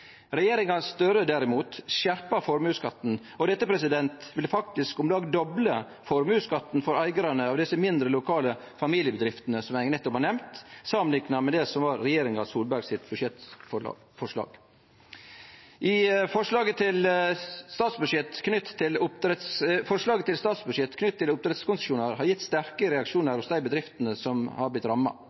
Regjeringa Støre, derimot, skjerpar formuesskatten. Dette ville faktisk om lag doble formuesskatten for eigarane av desse mindre, lokale familiebedriftene som eg nettopp har nemnt, samanlikna med det som var regjeringa Solbergs budsjettforslag. Forslaget til statsbudsjett knytt til oppdrettskonsesjonar har gjeve sterke reaksjonar hos dei bedriftene som er blitt ramma.